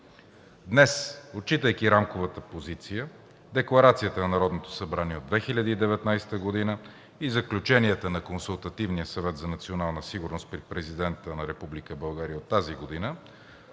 Днес, отчитайки рамковата позиция, декларацията на Народното събрание от 2019 г. и заключенията на Консултативния съвет за национална сигурност при Президента на Република България тази година,